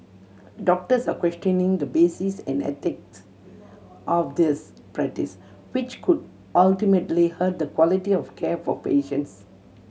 doctors are questioning the basis and ethics of this practice which could ultimately hurt the quality of care for patients